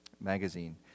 magazine